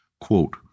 Quote